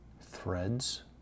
threads